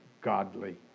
godly